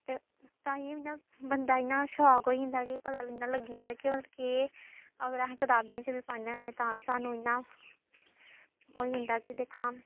ते तांइयैं उ'आं बंदा इ'यां शाक होई जंदा कि पता इन्ना लग्गी जंदा कि मतलब केह् अगर अस कताबें च बी पढ़ने होन्नें तां बी सानूं इ'यां होई जंदा कि दिक्ख हां